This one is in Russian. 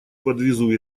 подвезу